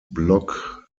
block